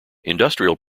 industrial